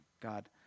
God